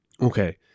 Okay